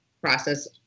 process